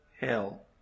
hell